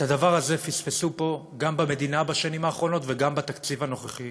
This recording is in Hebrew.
את הדבר הזה פספסו פה גם במדינה בשנים האחרונות וגם בתקציב הנוכחי.